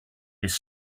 this